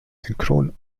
synchron